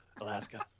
Alaska